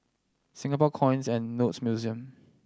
Singapore Coins and Notes Museum